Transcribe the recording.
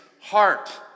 heart